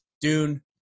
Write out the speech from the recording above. Dune